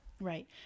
Right